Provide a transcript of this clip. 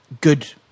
good